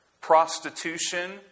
prostitution